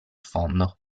fondo